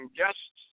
guests